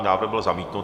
Návrh byl zamítnut.